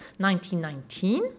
1919